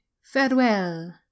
Farewell